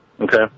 Okay